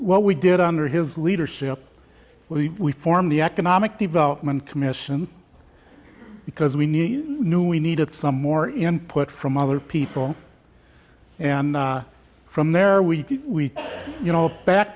what we did under his leadership we formed the economic development commission because we knew knew we needed some more input from other people and from there we we you know